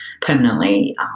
permanently